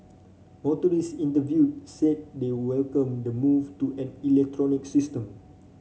motorist interviewed said they welcome the move to an electronic system